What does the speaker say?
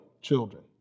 children